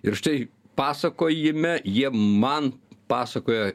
ir štai pasakojime jie man pasakoja